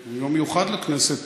שהוא יום מיוחד לכנסת,